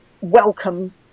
welcome